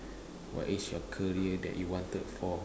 what is your career that you wanted for